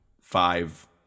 five